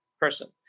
person